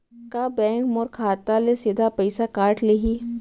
का बैंक मोर खाता ले सीधा पइसा काट लिही?